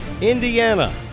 Indiana